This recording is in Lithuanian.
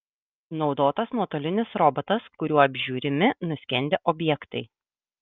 naudotas nuotolinis robotas kuriuo apžiūrimi nuskendę objektai